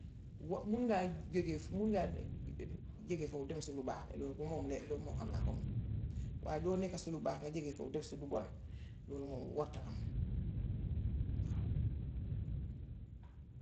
Wax mun ngaa jege mun ngaa jege foofu defar ci lu baax. Lool de moom. Loolu moom xam naa ko moom. Waaye doo nekka si lu barke jóge foofu dem si lu bon. Loolu moom warta am, waaw.